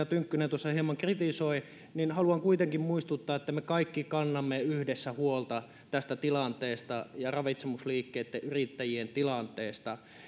tynkkynen tuossa hieman kritisoi niin haluan kuitenkin muistuttaa että me kaikki kannamme yhdessä huolta tästä tilanteesta ja ravitsemusliikkeitten yrittäjien tilanteesta